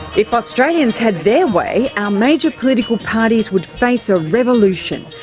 if australians had their way, our major political parties would face a revolution.